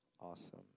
Awesome